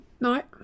Night